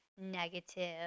negative